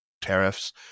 tariffs